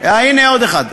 הנה עוד אחד.